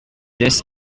this